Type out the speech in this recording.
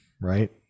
right